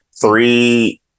three